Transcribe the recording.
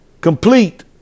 Complete